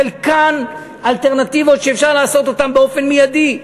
חלקן אלטרנטיבות שאפשר לעשות אותן באופן מיידי,